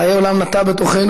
"וחיי עולם נטע בתוכנו,